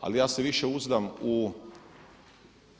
Ali ja se više uzdam u